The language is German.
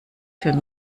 für